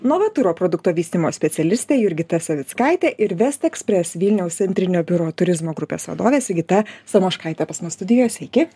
novaturo produkto vystymo specialistė jurgita savickaitė ir west express vilniaus centrinio biuro turizmo grupės vadovė sigita samoškaitė pas mus studijoje sveiki